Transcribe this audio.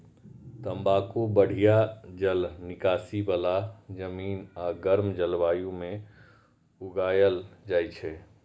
तंबाकू बढ़िया जल निकासी बला जमीन आ गर्म जलवायु मे उगायल जाइ छै